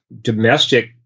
domestic